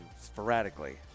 sporadically